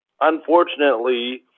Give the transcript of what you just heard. unfortunately